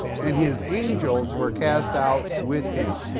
and his angels were cast out with him.